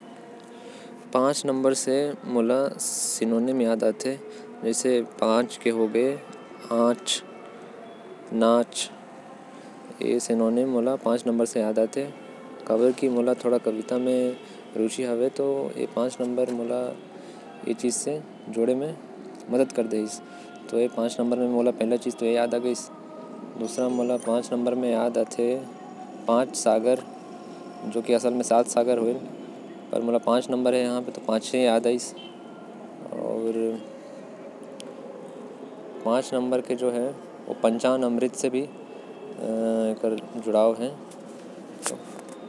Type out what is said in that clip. पांच से मोके नाच के याद आ जाएल। जो कि में अपन संगता मन के संघे करत रहेन। असम क पांच सागर भी मोर मन मे आ जाएल। अउ कुछ तो संख्या पांच से मोके नही याद आएल।